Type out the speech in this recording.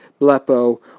blepo